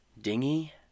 dingy